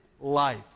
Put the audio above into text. life